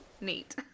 neat